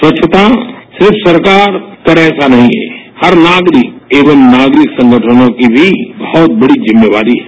स्वच्छता सिर्फ सरकार करे ऐसा नहीं है हर नागरिक एवं नागरिक संगठनों की भी बहुत बड़ी जिम्मेदारी है